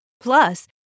Plus